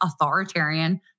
authoritarian